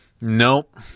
Nope